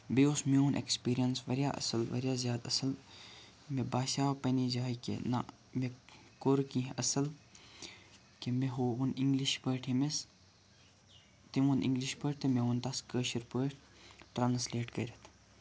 بیٚیہِ اوس میون ایٚکٕسپیٖرِیَنٕس واریاہ اَصٕل واریاہ زِیادٕ اَصٕل مےٚ باسِیٚو پَننہِ جایہِ کہِ نہ مےٚ کوٚر کینٛہہ اَصٕل کہِ مےٚ ہووُن اِنٛگلِش پٲٹھۍ ییٚمِس تٔمۍ وون اِنٛگلِش پٲٹھۍ تہٕ مےٚ وون تَس کٲشِرۍ پٲٹھۍ ٹرٛانسلیٹ کٔرِتھ